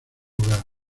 hogar